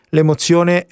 L'emozione